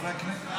חברי הכנסת,